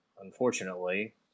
unfortunately